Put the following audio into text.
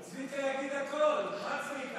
צביקה יגיד הכול, מה צביקה?